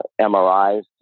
MRIs